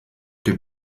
dem